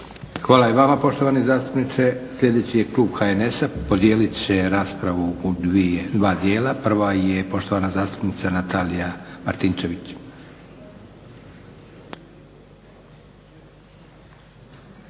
Hvala i vama poštovani zastupniče. Sljedeći je klub HNS-a. Podijelit će raspravu u dva dijela. Prva je poštovana zastupnica Natalija Martinčević.